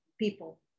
people